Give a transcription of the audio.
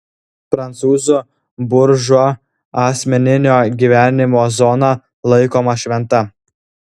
prancūzų buržua asmeninio gyvenimo zona laikoma šventa